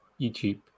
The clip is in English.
youtube